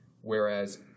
Whereas